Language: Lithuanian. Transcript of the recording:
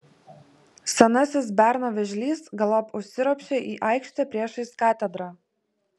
senasis berno vėžlys galop užsiropščia į aikštę priešais katedrą